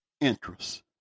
interest